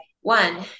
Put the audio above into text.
one